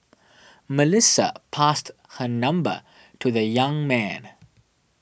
Melissa passed her number to the young man